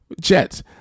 Jets